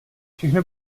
všechno